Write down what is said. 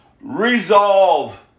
Resolve